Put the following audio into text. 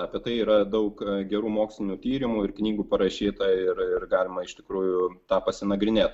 apie tai yra daug gerų mokslinių tyrimų ir knygų parašyta ir ir galima iš tikrųjų tą pasinagrinėt